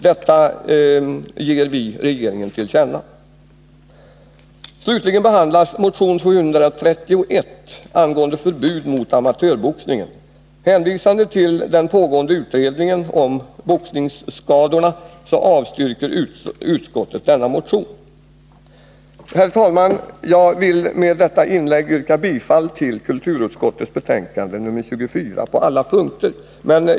Detta föreslår vi att riksdagen ger regeringen till känna. Herr talman! Jag vill med detta inlägg yrka bifall till kulturutskottets hemställan i betänkande 24 på alla punkter.